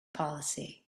policy